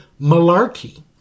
malarkey